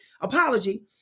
apology